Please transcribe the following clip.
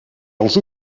els